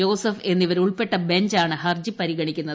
Joseph എന്നിവരുൾപ്പെട്ട ബഞ്ചാണ് ഹർജി പരിഗണിക്കുന്നത്